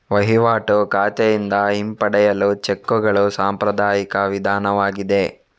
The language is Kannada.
ವಹಿವಾಟು ಖಾತೆಯಿಂದ ಹಿಂಪಡೆಯಲು ಚೆಕ್ಕುಗಳು ಸಾಂಪ್ರದಾಯಿಕ ವಿಧಾನವಾಗಿದೆ